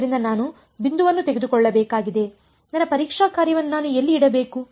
ಆದ್ದರಿಂದ ನಾನು ಬಿಂದುವನ್ನು ತೆಗೆದುಕೊಳ್ಳಬೇಕಾಗಿದೆ ನನ್ನ ಪರೀಕ್ಷಾ ಕಾರ್ಯವನ್ನು ನಾನು ಎಲ್ಲಿ ಇಡಬೇಕು